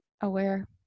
aware